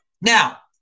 now